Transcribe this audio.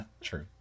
true